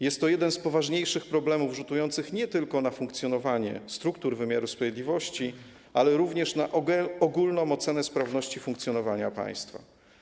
Jest to jeden z poważniejszych problemów rzutujących nie tylko na funkcjonowanie struktur wymiaru sprawiedliwości, ale również na ogólną ocenę sprawności funkcjonowania państwa.